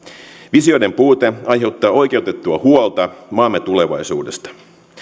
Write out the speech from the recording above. visioiden puute aiheuttaa oikeutettua huolta maamme tulevaisuudesta